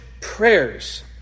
prayers